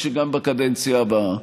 ואין לי ספק שגם בקדנציה הבאה.